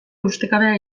ustekabea